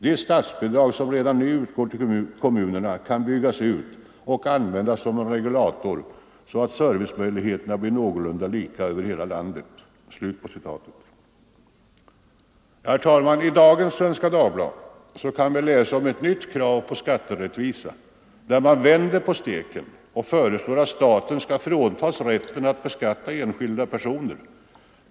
——-—- De statsbidrag som redan nu utgår till kommunerna kan byggas ut och användas som en regulator så att servicemöjligheterna blir någorlunda lika över hela landet.” I dagens nummer av Svenska Dagbladet kan vi läsa om ett nytt krav på skatterättvisa, där man vänder på steken och föreslår att staten skall fråntas rätten att beskatta enskilda personer.